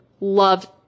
loved